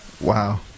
Wow